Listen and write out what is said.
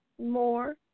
more